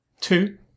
Two